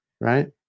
Right